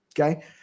Okay